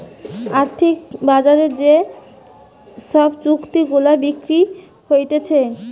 আর্থিক বাজারে যে সব চুক্তি গুলা বিক্রি হতিছে